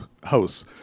House